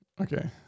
Okay